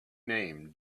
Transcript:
name